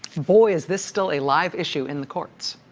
boy, is this still a live issue in the courts.